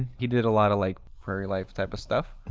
he did a lot of like very life type of stuff,